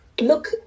Look